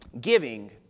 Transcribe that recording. giving